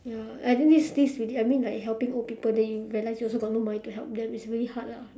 ya I think this this really I mean like helping old people then you realised that you also got no money to help them it's really hard lah